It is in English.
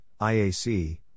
IAC